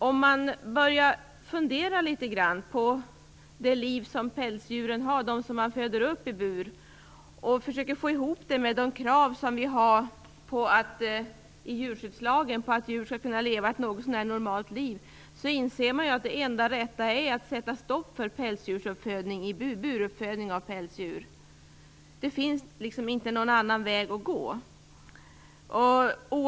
Om man börjar fundera över livet för de pälsdjur som föds upp i bur och försöker få det att gå ihop med de krav som vi ställer i djurskyddslagen på att djur skall kunna leva ett något så när normalt liv, inser man att det enda rätta är att sätta stopp för buruppfödning av pälsdjur. Det finns inte någon annan väg att gå.